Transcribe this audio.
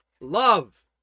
love